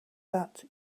that